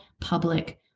public